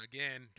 Again